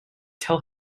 tell